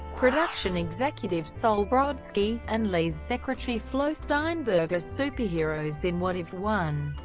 production executive sol brodsky, and lee's secretary flo steinberg as superheroes in what if one,